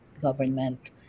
government